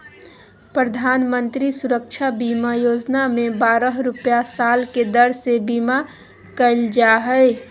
प्रधानमंत्री सुरक्षा बीमा योजना में बारह रुपया साल के दर से बीमा कईल जा हइ